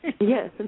Yes